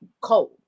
cold